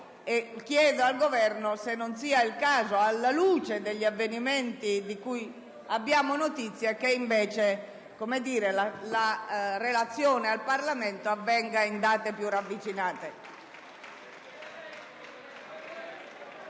e chiedo al Governo - se non sia il caso, alla luce degli avvenimenti di cui abbiamo notizia, che invece la relazione al Parlamento avvenga in date più ravvicinate.